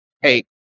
hey